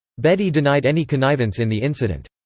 bedi denied any connivance in the incident.